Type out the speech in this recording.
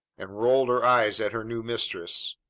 and rolled her eyes at her new mistress.